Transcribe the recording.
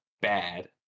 bad